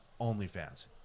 OnlyFans